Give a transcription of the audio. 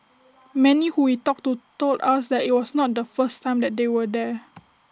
many who we talked to told us that IT was not the first time that they were there